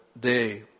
day